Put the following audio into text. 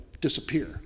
Disappear